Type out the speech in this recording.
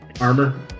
Armor